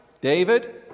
David